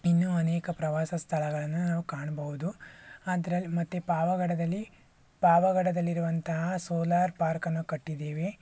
ಇನ್ನೂ ಅನೇಕ ಪ್ರವಾಸ ಸ್ಥಳಗಳನ್ನು ನಾವು ಕಾಣಬಹುದು ಅದರಲ್ಲಿ ಮತ್ತು ಪಾವಗಡದಲ್ಲಿ ಪಾವಗಡದಲ್ಲಿರುವಂತಹ ಸೋಲಾರ್ ಪಾರ್ಕನ್ನು ಕಟ್ಟಿದ್ದೀವಿ